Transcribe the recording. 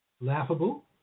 laughable